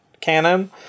canon